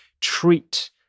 treat